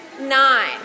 nine